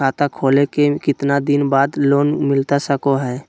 खाता खोले के कितना दिन बाद लोन मिलता सको है?